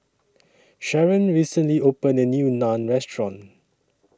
Sharen recently opened A New Naan Restaurant